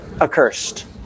Accursed